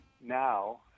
now